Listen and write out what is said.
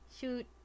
shoot